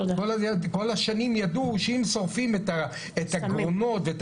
כל השנים ידעו שאם שורפים את המקומות ואת